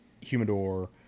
humidor